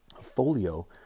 folio